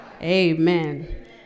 Amen